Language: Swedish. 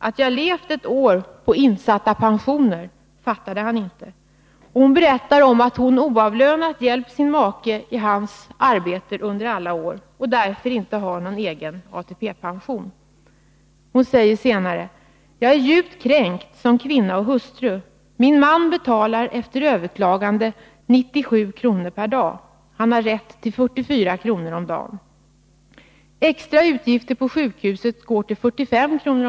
Att jag levt ett år på insatta pensioner fattade han inte.” — Hon berättar om att hon oavlönat hjälpt sin make i hans arbete under alla år och därför inte har egen ATP-pension. Hon säger vidare: ”Jag är djupt kränkt som kvinna och hustru. Min man betalar efter överklagande 97 kr. per dag. Han har rätt till 44 kr. om dagen. Extra utgifter på sjukhuset går till 45 kr.